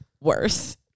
worse